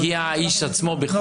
אבל לא